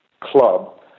club